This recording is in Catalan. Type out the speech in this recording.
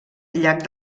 llac